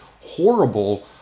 horrible